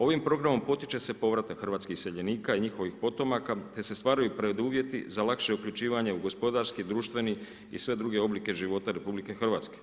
Ovim programom potiče se povratak hrvatskih iseljenika i njihovih potomaka te se stvaraju preduvjeti za lakše uključivanje u gospodarski, društveni i sve druge oblike života RH.